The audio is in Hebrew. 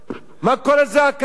מה כל הזעקה הזאת?